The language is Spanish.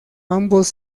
ambos